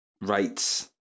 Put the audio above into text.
Rates